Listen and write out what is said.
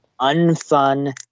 unfun